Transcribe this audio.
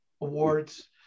awards